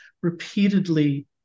repeatedly